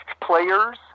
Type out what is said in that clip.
players